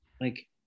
Like-